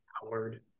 howard